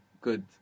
Good